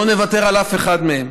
לא נוותר על אף אחד מהם.